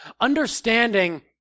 Understanding